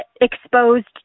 exposed